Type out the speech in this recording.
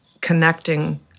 connecting